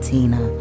Tina